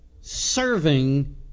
serving